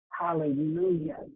Hallelujah